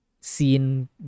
scene